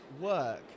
work